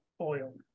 oil